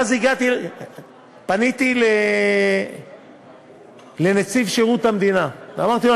ואז פניתי לנציב שירות המדינה ואמרתי לו: